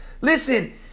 Listen